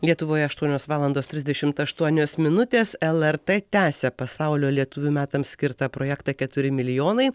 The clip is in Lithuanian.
lietuvoje aštuonios valandos trisdešimt aštuonios minutės lrt tęsia pasaulio lietuvių metams skirtą projektą keturi milijonai